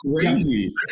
crazy